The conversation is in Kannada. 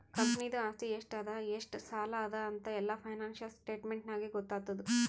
ಕಂಪನಿದು ಆಸ್ತಿ ಎಷ್ಟ ಅದಾ ಎಷ್ಟ ಸಾಲ ಅದಾ ಅಂತ್ ಎಲ್ಲಾ ಫೈನಾನ್ಸಿಯಲ್ ಸ್ಟೇಟ್ಮೆಂಟ್ ನಾಗೇ ಗೊತ್ತಾತುದ್